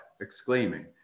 exclaiming